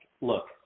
look